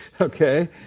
Okay